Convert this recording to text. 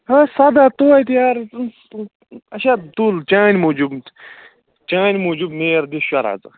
ہے سداہ توتہِ یارٕ اَچھا تُل چانہِ موجوٗب چانہِ موجوٗب نیر دِ شُراہ ژٕ